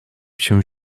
się